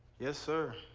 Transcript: yes, sir.